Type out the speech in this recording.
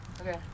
Okay